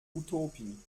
utopie